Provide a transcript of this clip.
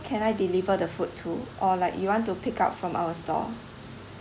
can I deliver the food to or like you want to pick up from our store